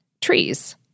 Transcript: trees